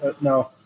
No